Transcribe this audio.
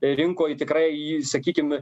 rinkoj tikrai sakykim